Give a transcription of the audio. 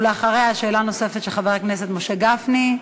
ואחריה, שאלה נוספת של חבר הכנסת משה גפני,